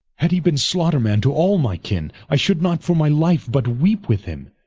had he been slaughter-man to all my kinne, i should not for my life but weepe with him,